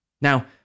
Now